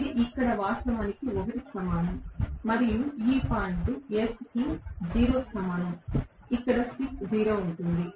ఇక్కడ ఇది వాస్తవానికి 1 కి సమానం మరియు ఈ పాయింట్ S కి 0 కి సమానం ఇక్కడ స్లిప్ 0 ఉంటుంది